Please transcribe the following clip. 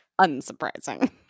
unsurprising